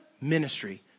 Ministry